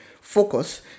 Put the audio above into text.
focus